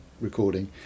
recording